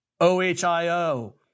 ohio